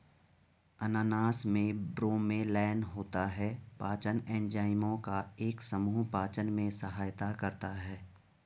अनानास में ब्रोमेलैन होता है, पाचन एंजाइमों का एक समूह पाचन में सहायता करता है